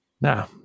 Now